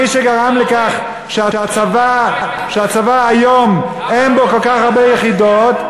מי שגרם לכך שהצבא היום אין בו כל כך הרבה יחידות,